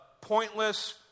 pointless